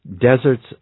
deserts